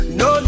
no